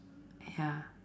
ya